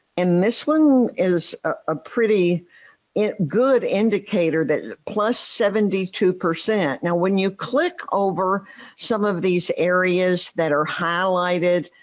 and this one is a pretty good indicator that plus seventy two percent. now when you click over some of these areas that are highlighted,